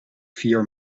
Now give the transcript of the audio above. vier